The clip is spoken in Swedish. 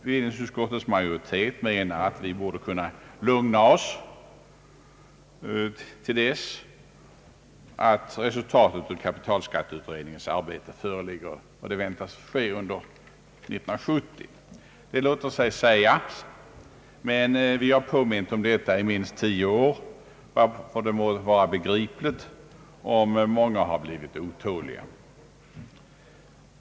Bevillningsutskottets majoritet menar, att vi bör kunna lugna oss till dess att resultatet av kapitalskatteutredningens arbete föreligger — och det väntas ske under 1970. Detta låter sig säga, men vi har påmint om saken i minst tio år, och det må vara begripligt om många har blivit otåliga.